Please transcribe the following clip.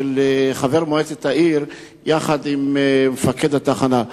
של חבר מועצת העיר עם מפקד התחנה.